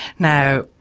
now,